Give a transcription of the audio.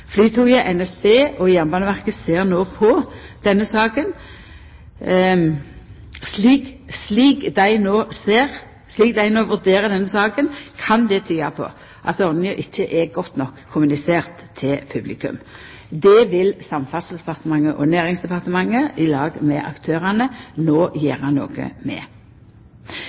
Flytoget, NSB og Jernbaneverket no vurderer denne saka, kan det tyda på at ordninga ikkje er godt nok kommunisert til publikum. Det vil Samferdselsdepartementet og Nærings- og handelsdepartementet i lag med aktørane no gjera noko med.